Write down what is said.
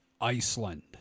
Iceland